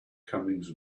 comings